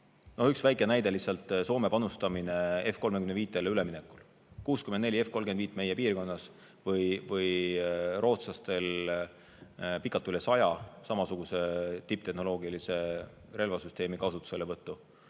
Üks väike näide lihtsalt: Soome panustamine F-35-tele üleminekul, tervelt 64 F-35 meie piirkonnas. Või siis rootslastel kaugelt üle 100 samasuguse tipptehnoloogilise relvasüsteemi kasutuselevõtt.